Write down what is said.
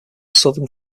southern